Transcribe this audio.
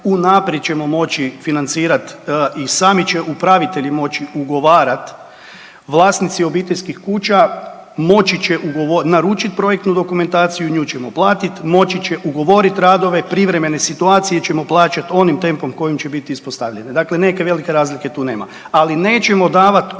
unaprijed ćemo moći financirati i sami će upravitelji moći ugovarat. Vlasnici obiteljskih kuća moći će naručiti projektnu dokumentaciju, moći će ugovorit radove, privremene situacije ćemo plaćati onim tempom kojim će biti ispostavljene. Dakle, neke velike razlike tu nema, ali nećemo davati unaprijed